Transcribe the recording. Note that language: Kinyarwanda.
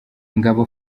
ngabo